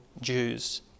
Jews